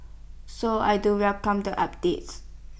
so I do welcome the updates